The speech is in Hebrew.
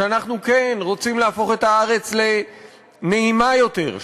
כשאנחנו כן רוצים להפוך את הארץ לנעימה יותר,